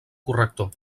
corrector